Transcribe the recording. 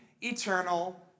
eternal